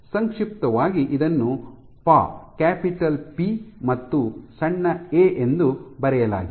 ಸಂಕ್ಷಿಪ್ತವಾಗಿ ಇದನ್ನು ಪಾ ಕ್ಯಾಪಿಟಲ್ ಪಿ ಮತ್ತು ಸಣ್ಣ ಎ ಎಂದು ಬರೆಯಲಾಗಿದೆ